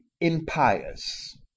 impious